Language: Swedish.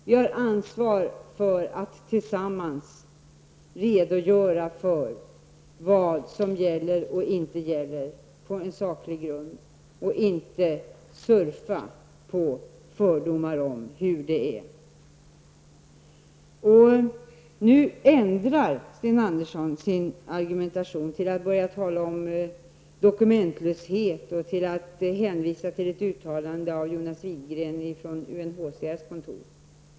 Vi har ansvar för att på saklig grund tillsammans redogöra för vad som gäller och inte gäller, och vi bör inte ''surfa'' på fördomar om hur det är. Nu ändrar Sten Andersson i Malmö sin argumentation till att börja tala om dokumentlöshet och hänvisa till ett uttalande av Jonas Widgren från UNHCRs kontor.